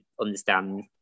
understand